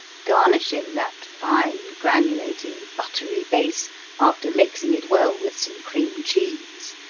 garnishing that fine, granulating buttery base after mixing it well with some cream cheese.